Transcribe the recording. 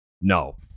no